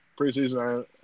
preseason